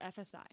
FSI